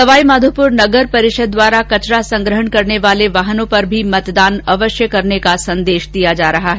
सवाईमाघोपुर नगर परिषद द्वारा कचरा संग्रहण करने वाले वाहनों पर भी मतदान अवश्य करने का संदेश दिया जा रहा है